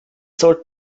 sollten